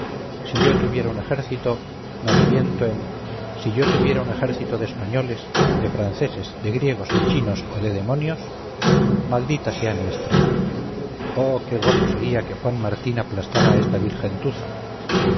si yo tuviera un ejército me reviento en si yo tuviera un ejército de españoles de franceses de griegos de chinos o de demonios maldita sea mi estrella oh qué gozo sería que juan martín aplastara a esta